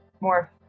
more